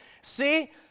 See